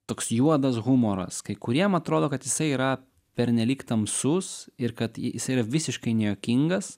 toks juodas humoras kai kuriem atrodo kad jisai yra pernelyg tamsus ir kad jisai yra visiškai nejuokingas